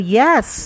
yes